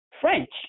French